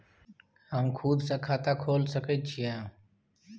हम खुद से खाता खोल सके छीयै?